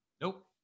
nope